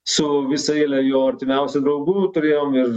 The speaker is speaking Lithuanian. su visa eile jo artimiausių draugų turėjom ir